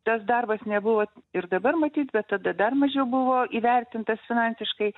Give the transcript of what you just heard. tas darbas nebuvo ir dabar matyt be tada dar mažiau buvo įvertintas finansiškai